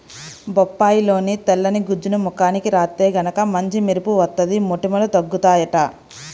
బొప్పాయిలోని తెల్లని గుజ్జుని ముఖానికి రాత్తే గనక మంచి మెరుపు వత్తది, మొటిమలూ తగ్గుతయ్యంట